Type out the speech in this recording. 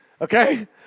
Okay